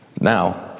Now